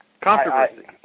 Controversy